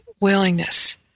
willingness